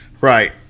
Right